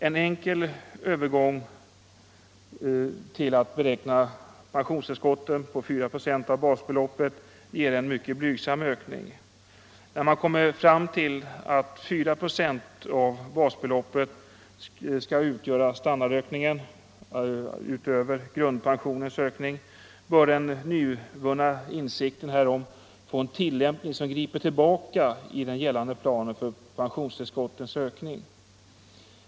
En enkel övergång till att beräkna pensionstillskotten på 4 procent av basbeloppet ger en mycket blygsam ökning. När man har kommit fram till att 4 procent av basbeloppet skall utgöra standardhöjningen utöver grundpensionens ökning, bör den nyvunna insikten härom få en tillämpning som griper tillbaka i den gällande planen för pensionstillskottens ökning.